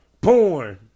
porn